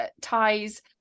ties